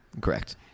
Correct